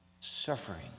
suffering